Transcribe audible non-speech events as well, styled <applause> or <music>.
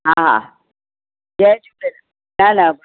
हा हा जय झूलेलाल <unintelligible>